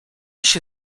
się